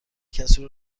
کسی